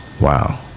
wow